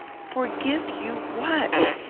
forgive you what?